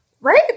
Right